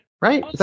right